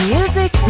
Music